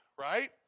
right